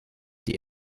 die